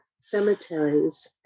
cemeteries